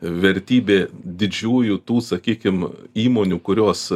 vertybė didžiųjų tų sakykim įmonių kurios